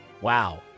wow